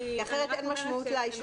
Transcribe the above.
ביקשתם עד 8 באוקטובר,